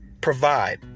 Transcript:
provide